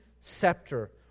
scepter